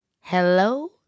Hello